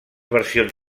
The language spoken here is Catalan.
versions